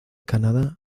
canadá